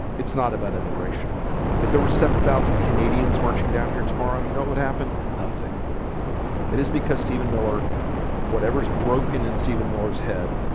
it's not about immigration if there were seven thousand canadians marching down here tomorrow, you know, it would happen nothing it is because stephen miller whatever is broken in stephen miller's head